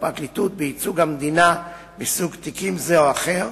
בפרקליטות בייצוג המדינה בסוג תיקים זה או אחר,